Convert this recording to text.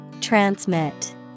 Transmit